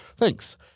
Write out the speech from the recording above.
Thanks